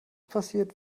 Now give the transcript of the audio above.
passiert